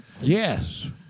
Yes